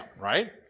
right